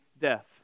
death